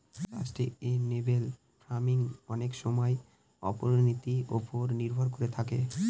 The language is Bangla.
সাস্টেইনেবেল ফার্মিং অনেক সময় অর্থনীতির ওপর নির্ভর করে থাকে